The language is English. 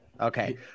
Okay